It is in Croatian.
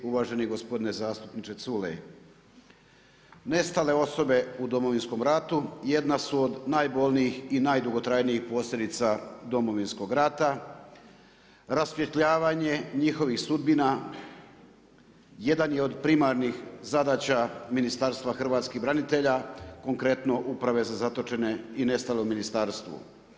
Uvaženi gospodine zastupniče Culej, nestale osobe u Domovinskom ratu jedna su od najbolnijih i najdugotrajnijih posljedica Domovinskog rata, rasvjetljavanje njihovih sudbina jedan je od primarnih zadaća Ministarstva hrvatskih branitelja, konkretno uprave za zatočene i nestale u ministarstvu.